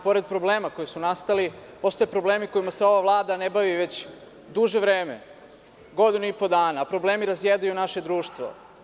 Pored problema koji su nastali, postoje problemi kojima se ova Vlada ne bavi već duže vreme, godinu i po dana, a problemi razjedaju naše društvo.